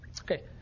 Okay